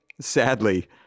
Sadly